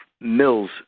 Mills